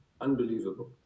Unbelievable